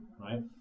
right